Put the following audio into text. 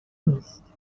نیست